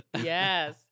yes